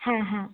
হ্যাঁ হ্যাঁ